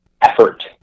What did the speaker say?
effort